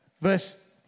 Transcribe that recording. verse